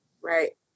Right